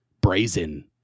brazen